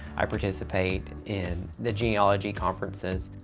i participate in the genealogy conferences.